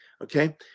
Okay